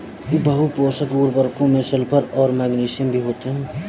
बहुपोषक उर्वरकों में सल्फर और मैग्नीशियम भी होते हैं